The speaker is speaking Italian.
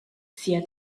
sia